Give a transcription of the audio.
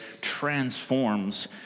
transforms